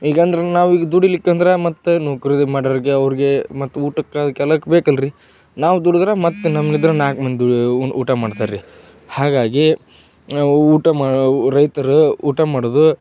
ಈಗಂದ್ರೆ ನಾವು ಈ ದುಡಿಲಿಕ್ಕಂದ್ರೆ ಮತ್ತು ಮಾಡೋರಿಗೆ ಅವರಿಗೆ ಮತ್ತು ಊಟಕ್ಕೆ ಅದಕ್ಕೆಲ್ಲ ಬೇಕಲ್ಲ ರಿ ನಾವು ದುಡುದ್ರೆ ಮತ್ತು ನಮ್ಮ ಇದರ ನಾಲ್ಕು ಮಂದಿ ಊಟ ಮಾಡ್ತಾರ್ರಿ ಹಾಗಾಗಿ ನಾವು ಊಟ ಮಾಡೋ ರೈತರು ಊಟ ಮಾಡೋದು